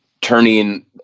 turning